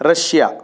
Russia